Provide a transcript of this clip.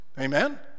Amen